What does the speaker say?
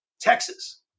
Texas